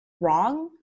wrong